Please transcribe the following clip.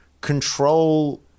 control